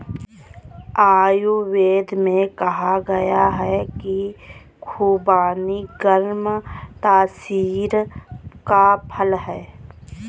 आयुर्वेद में कहा गया है कि खुबानी गर्म तासीर का फल है